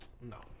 No